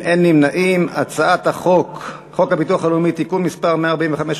חוק הביטוח הלאומי (תיקון מס' 145,